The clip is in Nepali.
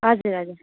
हजुर हजुर